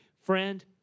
Friend